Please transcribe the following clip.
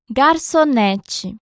garçonete